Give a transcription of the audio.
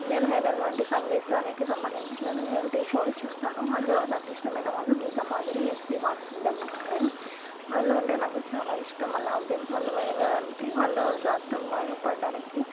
నేను ఐడల్ వంటి సంగీతానికి సంబంధించిన రియాలిటీ షోలు చూస్తాను అందులో నాకు ఇష్టమైన వారు గీతామాధురి ఎస్పీ బాలసుబ్రమణ్యం గారు వాళ్ళు అంటే నాకు చాలా ఇష్టం వాళ్ళ అభి వాళ్ళు ఎవరంటే వాళ్ళు గాత్రం మెరుగు పడడానికి